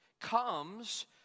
comes